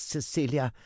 Cecilia